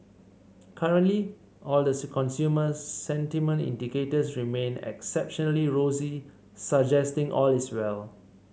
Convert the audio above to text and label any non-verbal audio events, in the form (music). currently all the (unintelligible) consumer sentiment indicators remain exceptionally rosy suggesting all is well